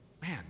Man